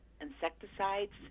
insecticides